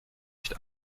sicht